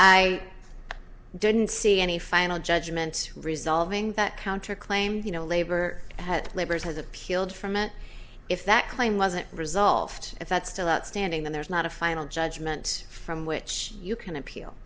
i didn't see any final judgment resolving that counterclaim you know labor had labors has appealed from it if that claim wasn't result if that's still outstanding then there's not a final judgement from which you can appeal